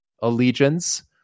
allegiance